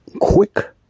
quick